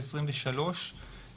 לשים את החברה הערבית בראש סדר העדיפויות,